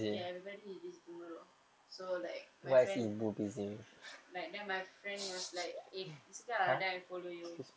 ya everybody is busy tomorrow so like my friend like then my friend was like eh it's okay ah then I follow you